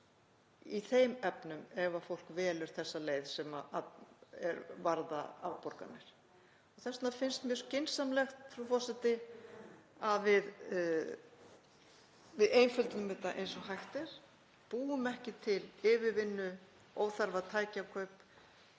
í þeim efnum ef fólk velur þá leið sem varðar afborganir. Þess vegna finnst mér skynsamlegt, frú forseti, að við einföldum þetta eins og hægt er, búum ekki til yfirvinnu, óþarfa tækjakaup